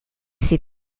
ses